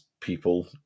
people